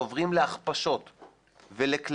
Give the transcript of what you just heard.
ועוברים להכפשות ולקללות